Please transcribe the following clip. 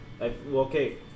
Okay